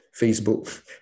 Facebook